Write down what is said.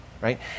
right